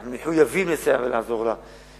אנחנו מחויבים לסייע ולעזור לה,